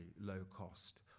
low-cost